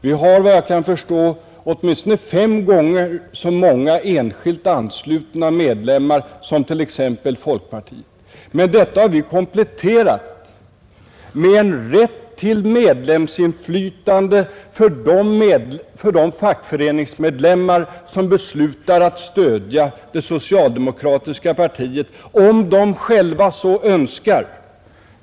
Vi har enligt vad jag kan förstå åtminstone fem gånger så många enskilt anslutna medlemmar som t.ex. folkpartiet. Men detta system har vi kompletterat med en rätt till medlemsinflytande för de fackföreningsmedlemmar som beslutar att ekonomiskt stödja det socialdemokratiska partiet, om de själva så önskar.